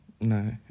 No